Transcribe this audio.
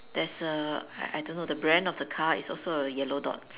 there's a I I don't know the brand of the car is also a yellow dot